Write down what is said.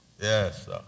Yes